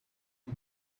and